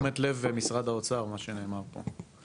לתשומת לב משרד האוצר מה שנאמר פה.